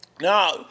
Now